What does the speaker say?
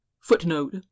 Footnote